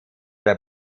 der